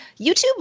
YouTube